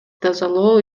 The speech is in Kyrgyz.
тазалоо